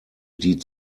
die